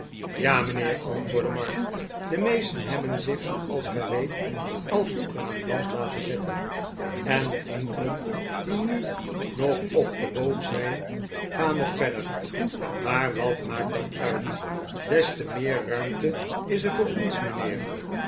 ja mijnheer antwoordde mark de meesten hebben zich zooals gij weet al vroeger aan land laten zetten en de enkelen die nu nog op de boot zijn gaan nog verder maar wat maakt dat uit des te meer ruimte is er voor ons mijnheer